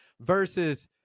versus